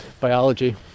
biology